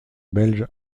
belge